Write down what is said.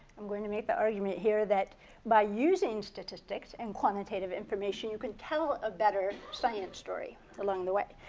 i'm going to make that argument here that by using statistics and quantitative information, you can tell a better science story along the way.